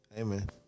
Amen